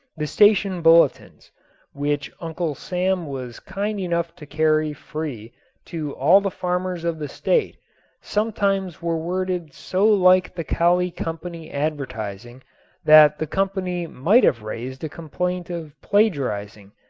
the station bulletins which uncle sam was kind enough to carry free to all the farmers of the state sometimes were worded so like the kali company advertising that the company might have raised a complaint of plagiarizing,